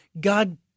God